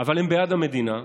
אבל הם בעד המדינה.